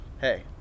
Hey